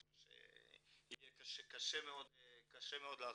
יהיה קשה מאוד לעזור,